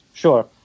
Sure